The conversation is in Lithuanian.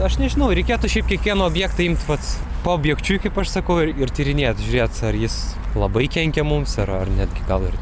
aš nežinau reikėtų šiaip kiekvieną objektą imt vat paobjekčiui kaip aš sakau ir ir tyrinėt žiūrėt ar jis labai kenkia mums ar ar netgi gal ir